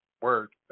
Word